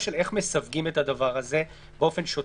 איך מסווגים את הדבר הזה באופן שוטף.